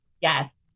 Yes